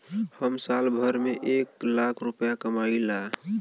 हम साल भर में एक लाख रूपया कमाई ला